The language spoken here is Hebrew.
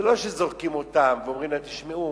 זה לא שזורקים אותם ואומרים להם: תשמעו,